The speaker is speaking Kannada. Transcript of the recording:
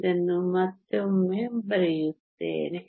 ಇದನ್ನು ಮತ್ತೊಮ್ಮೆ ಬರೆಯುತ್ತೇನೆ